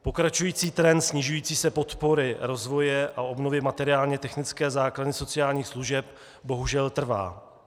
Pokračující trend snižující se podpory rozvoje a obnovy materiálně technické základny sociálních služeb bohužel trvá.